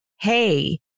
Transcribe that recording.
hey